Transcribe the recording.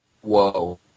whoa